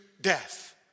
death